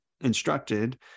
instructed